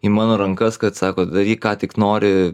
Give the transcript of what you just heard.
į mano rankas kad sako daryk ką tik nori